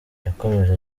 yakomeje